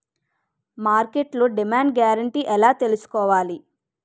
మార్కెట్లో demand guarantee ఎలా తెల్సుకోవాలి?